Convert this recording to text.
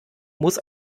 muss